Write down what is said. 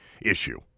issue